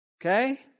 Okay